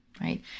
right